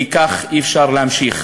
כי כך אי-אפשר להמשיך.